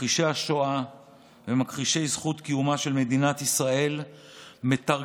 מכחישי השואה ומכחישי זכות קיומה של מדינת ישראל מתרגמים,